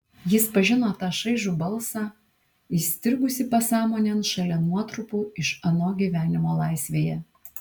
jis pažino tą šaižų balsą įstrigusį pasąmonėn šalia nuotrupų iš ano gyvenimo laisvėje